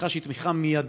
תמיכה שהיא תמיכה מיידית,